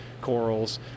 corals